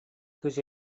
кыыс